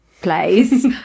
place